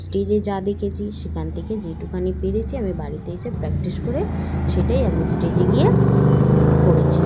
স্টেজে যা দেখেছি সেখান থেকে যেটুখানি পেরেছি আমি বাড়িতে এসে প্র্যাকটিস করে সেটাই আমি স্টেজে গিয়ে করেছি